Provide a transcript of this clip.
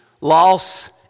loss